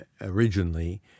originally